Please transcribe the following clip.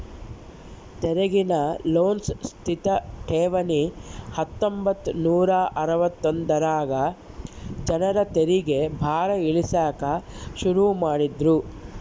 ತೆರಿಗೇನ ಉಳ್ಸೋ ಸ್ಥಿತ ಠೇವಣಿ ಹತ್ತೊಂಬತ್ ನೂರಾ ಅರವತ್ತೊಂದರಾಗ ಜನರ ತೆರಿಗೆ ಭಾರ ಇಳಿಸಾಕ ಶುರು ಮಾಡಿದ್ರು